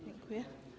Dziękuję.